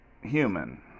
human